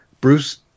bruce